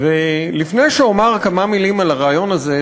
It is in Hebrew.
לפני שאומר כמה מילים על הרעיון הזה,